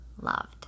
loved